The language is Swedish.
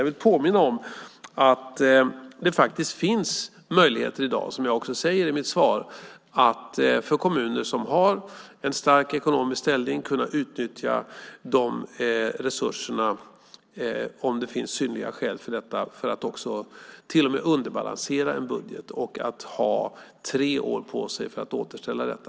Jag vill påminna om att det finns möjligheter i dag, vilket jag också säger i mitt svar, för kommuner som har en stark ekonomisk ställning att kunna utnyttja de resurserna om det finns synnerliga skäl för detta för att till och med underbalansera en budget. Man har sedan tre år på sig för att återställa detta.